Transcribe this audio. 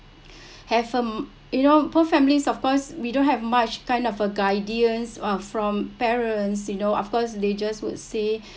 have um you know our poor families of course we don't have much kind of a guardians uh from parents you know of course they just would say